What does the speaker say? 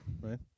right